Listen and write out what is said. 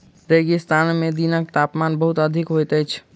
रेगिस्तान में दिनक तापमान बहुत अधिक होइत अछि